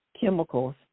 chemicals